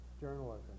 journalism